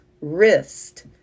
wrist